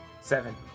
Seven